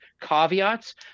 caveats